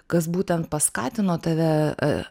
kas būtent paskatino tave